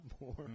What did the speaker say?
more